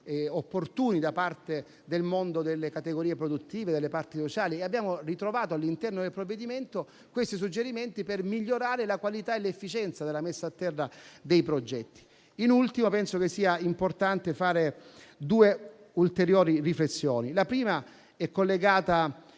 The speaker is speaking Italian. opportuni da parte del mondo delle categorie produttive e delle parti sociali e, all'interno del provvedimento, abbiamo ritrovato questi suggerimenti, così da migliorare la qualità e l'efficienza della messa a terra dei progetti. Infine, penso sia importante fare due ulteriori riflessioni. La prima è collegata